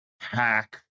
hack